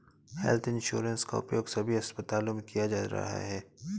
health insurance का उपयोग सभी अस्पतालों में किया जा रहा है